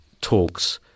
talks